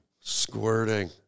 Squirting